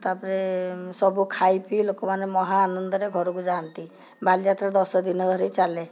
ତାପରେ ସବୁ ଖାଇପିଇ ଲୋକମାନେ ମହାଆନନ୍ଦରେ ଘରକୁ ଯାଆନ୍ତି ବାଲିଯାତ୍ରା ଦଶ ଦିନ ଧରି ଚାଲେ